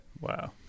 wow